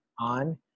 on